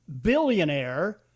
billionaire